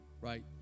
right